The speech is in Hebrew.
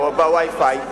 ב-Wi-Fi.